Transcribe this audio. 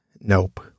Nope